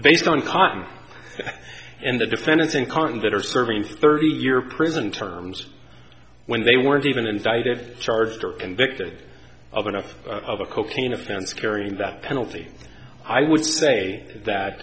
based on time in the defendants in condit are serving thirty year prison terms when they weren't even indicted charged or convicted of enough of a cocaine offense carrying that penalty i would say that